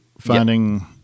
finding